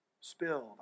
spilled